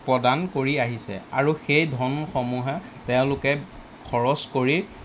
প্ৰদান কৰি আহিছে আৰু সেই ধনসমূহে তেওঁলোকে খৰচ কৰি